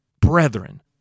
Brethren